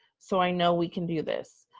so i know we can do this.